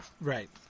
Right